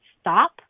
stop